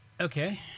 Okay